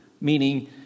meaning